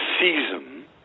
season